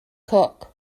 cook